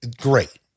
great